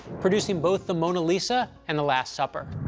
producing both the mona lisa and the last supper.